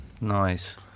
Nice